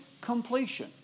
completion